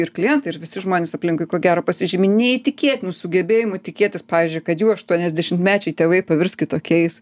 ir klientai ir visi žmonės aplinkui ko gero pasižymi neįtikėtinu sugebėjimu tikėtis pavyzdžiui kad jų aštuoniasdešimtmečiai tėvai pavirs kitokiais